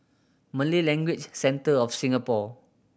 Malay Language Centre of Singapore